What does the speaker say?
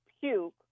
puke